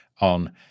on